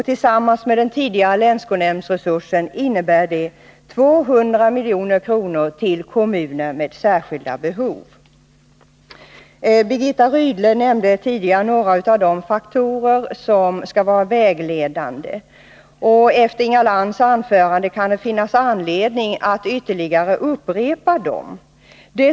Tillsammans med den tidigare länsskolnämndsresursen innebär det 200 milj.kr. till kommuner med särskilda behov. Birgitta Rydle nämnde tidigare här några av de faktorer som skall vara vägledande, men efter Inga Lantz anförande kan det finnas anledning att upprepa dem.